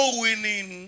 winning